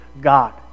God